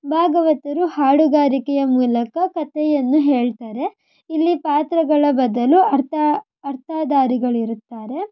ಭಾಗವತರು ಹಾಡುಗಾರಿಕೆಯ ಮೂಲಕ ಕಥೆಯನ್ನು ಹೇಳ್ತಾರೆ ಇಲ್ಲಿ ಪಾತ್ರಗಳ ಬದಲು ಅರ್ಥ ಅರ್ಥಧಾರಿಗಳಿರುತ್ತಾರೆ